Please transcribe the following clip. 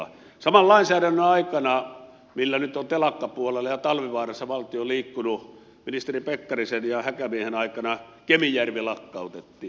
saman lainsäädännön aikana millä nyt on telakkapuolella ja talvivaarassa valtio liikkunut ministeri pekkarisen ja häkämiehen aikana kemijärvi lakkautettiin